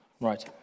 Right